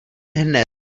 hned